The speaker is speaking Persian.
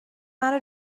منو